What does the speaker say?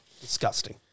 Disgusting